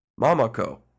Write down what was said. Mamako